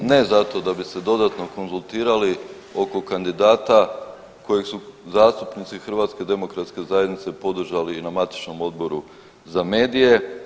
Ne zato da bi se dodatno konzultirali oko kandidata kojeg su zastupnici HDZ-a podržali i na matičnom Odboru za medije.